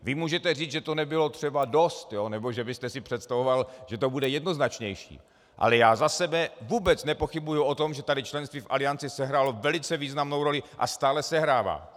Vy můžete říct, že to nebylo třeba dost nebo že byste si představoval, že to bude jednoznačnější, ale já za sebe vůbec nepochybuji o tom, že tady členství v Alianci sehrálo velice významnou roli a stále sehrává.